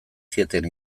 zieten